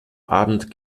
abend